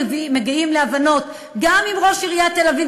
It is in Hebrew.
אם היינו מגיעים להבנות גם עם ראש עיריית תל-אביב,